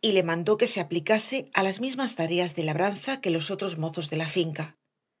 y le mandó que se aplicase a las mismas tareas de labranza que los otros mozos de la finca